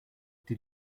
did